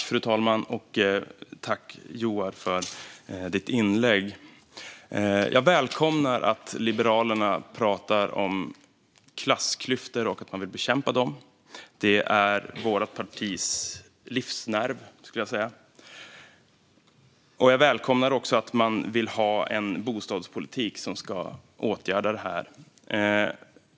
Fru talman! Tack, Joar, för ditt inlägg! Jag välkomnar att Liberalerna pratar om klassklyftor och vill bekämpa dem. Det är vårt partis livsnerv, skulle jag säga. Jag välkomnar också att man vill ha en bostadspolitik som kan åtgärda detta.